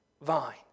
vine